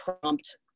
prompt